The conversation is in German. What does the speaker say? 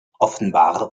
offenbar